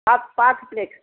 पाच पाच प्लेट